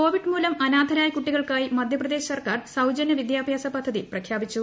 Covid മൂലം അനാഥരായ കുട്ടികൾക്കായി മധ്യപ്രദേശ് സർക്കാർ സൌജന്യ വിദ്യാഭ്യാസ പദ്ധതി പ്രഖ്യാപ്പിച്ചു